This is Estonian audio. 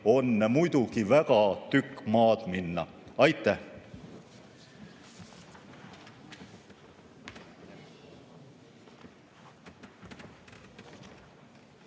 on muidugi veel väga tükk maad minna. Aitäh!